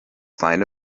reine